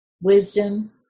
wisdom